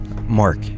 Mark